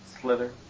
Slither